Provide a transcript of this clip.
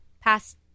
past